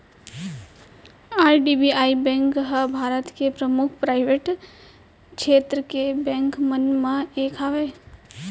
IDBI bank ह भारत के परमुख पराइवेट छेत्र के बेंक मन म ले एक हवय